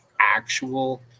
actual